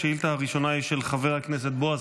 השאילתה הראשונה היא של חבר הכנסת בועז